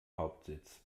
hauptsitz